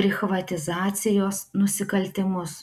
prichvatizacijos nusikaltimus